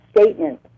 statement